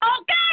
Okay